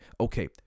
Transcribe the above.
Okay